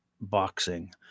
boxing